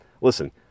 listen